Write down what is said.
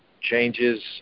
changes